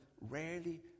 rarely